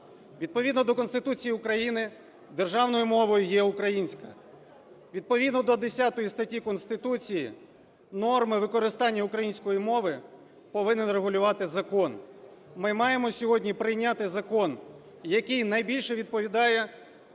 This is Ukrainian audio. Відповідно до Конституції України державною мовою є українська. Відповідно до 10 статті Конституції норми використання української мови повинен регулювати закон. Ми маємо сьогодні прийняти закон, який найбільше відповідає